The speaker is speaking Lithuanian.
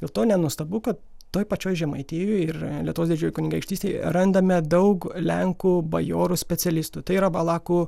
dėl to nenuostabu kad toj pačioj žemaitijoj ir lietuvos didžiojoj kunigaikštystėj randame daug lenkų bajorų specialistų tai yra valakų